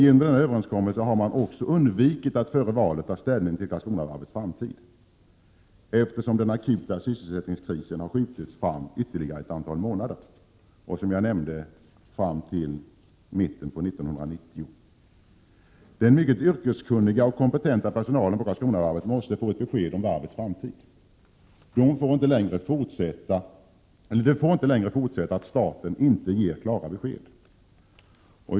Genom denna överenskommelse har man också undvikit att — 1 juni 1988 före valet ta ställning till Karlskronavarvets framtid, eftersom den akuta sysselsättningskrisen har skjutits fram ytterligare ett antal månader — som jag nämnde fram till mitten av år 1990. Den mycket yrkeskunniga och kompetenta personalen på Karlskronavarvet måste få ett besked om varvets framtid. Det får inte längre fortsätta att vara så att staten inte ger klara besked.